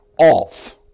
off